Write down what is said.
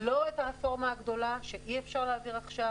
לא את הרפורמה הגדולה שאי-אפשר להעביר עכשיו.